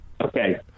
Okay